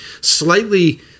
slightly